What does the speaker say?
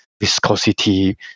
viscosity